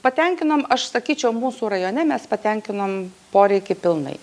patenkinam aš sakyčiau mūsų rajone mes patenkinam poreikį pilnai